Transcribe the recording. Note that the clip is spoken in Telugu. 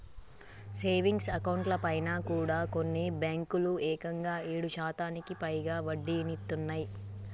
సేవింగ్స్ అకౌంట్లపైన కూడా కొన్ని బ్యేంకులు ఏకంగా ఏడు శాతానికి పైగా వడ్డీనిత్తన్నయ్